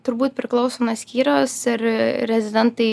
turbūt priklauso nuo skyriaus ir rezidentai